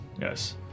Yes